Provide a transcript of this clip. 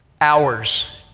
hours